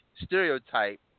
stereotype